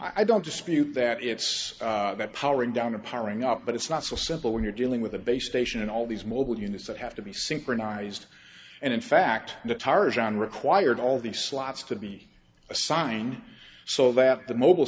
i don't dispute that it's about powering down a powering up but it's not so simple when you're dealing with a base station all these mobile units that have to be synchronized and in fact the tarzan required all the slots to be assigned so that the mobile